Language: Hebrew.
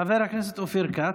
חבר הכנסת אופיר כץ,